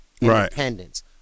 independence